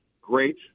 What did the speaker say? great